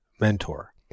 mentor